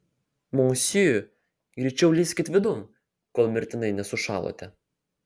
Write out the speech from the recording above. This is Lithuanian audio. monsieur greičiau lįskit vidun kol mirtinai nesušalote